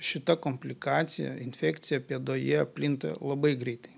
šita komplikacija infekcija pėdoje plinta labai greitai